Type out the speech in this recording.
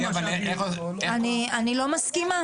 אני לא מסכימה.